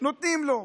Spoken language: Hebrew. נותנים לו.